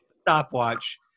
stopwatch